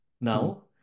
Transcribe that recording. now